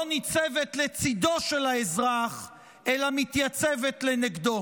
ניצבת לצידו של האזרח אלא מתייצבת לנגדו?